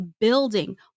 building